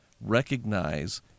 recognize